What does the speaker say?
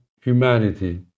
humanity